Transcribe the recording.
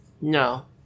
No